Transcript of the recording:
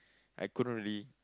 I couldn't really